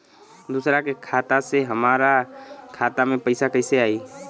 दूसरा के खाता से हमरा खाता में पैसा कैसे आई?